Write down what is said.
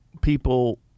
people